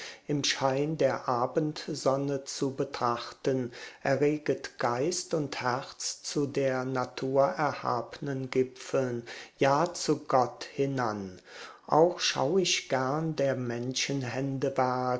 im schein der abendsonne zu betrachten erreget geist und herz zu der natur erhabnen gipfeln ja zu gott hinan auch schau ich gern der menschenhände